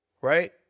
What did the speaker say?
right